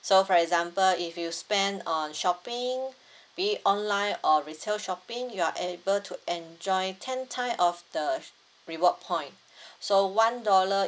so for example if you spend on shopping be it online or retail shopping you're able to enjoy ten time of the reward point so one dollar